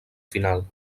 final